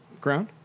Ground